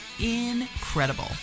incredible